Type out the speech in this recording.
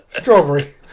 strawberry